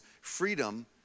freedom